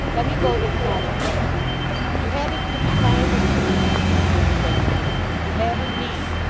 let me go this moment you had as good be kinder to me, sweetlips said hugh. you had, indeed.